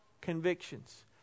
convictions